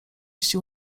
sił